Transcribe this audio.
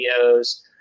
videos